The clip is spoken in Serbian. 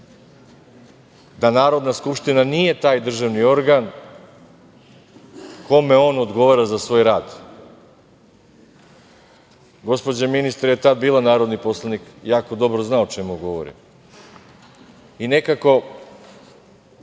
da Narodna skupština nije taj državni organ kome on odgovara za svoj rad. Gospođa ministar je bila tada narodni poslanik i jako dobro zna o čemu govorim i nekako,